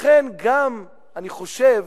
לכן גם אני חושב,